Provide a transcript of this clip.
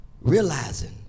realizing